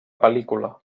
pel·lícula